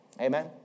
Amen